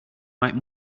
white